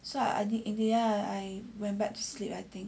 so I think in the end I went back to sleep I think